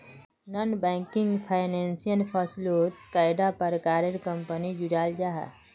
Non banking financial फसलोत कैडा प्रकारेर कंपनी जुराल जाहा?